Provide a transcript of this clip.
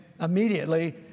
immediately